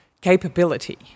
capability